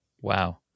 Wow